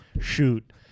shoot